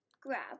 grab